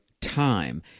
time